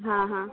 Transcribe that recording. ହଁ ହଁ